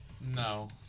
No